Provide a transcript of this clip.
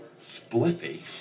spliffy